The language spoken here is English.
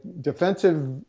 defensive